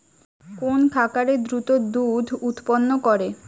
কোন খাকারে দ্রুত দুধ উৎপন্ন করে?